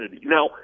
Now